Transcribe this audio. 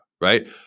Right